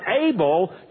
able